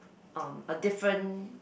um a different